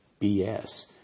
BS